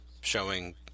showing